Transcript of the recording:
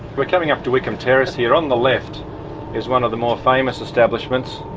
we're coming up to wickham terrace here on the left is one of the more famous establishments.